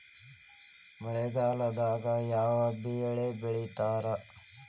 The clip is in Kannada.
ಮಳೆಗಾಲದಾಗ ಯಾವ ಬೆಳಿ ಬೆಳಿತಾರ?